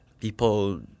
People